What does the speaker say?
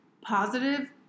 positive